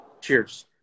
Cheers